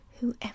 whoever